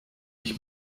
ich